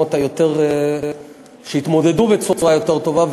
המקומות שהתמודדו בצורה יותר טובה.